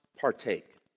partake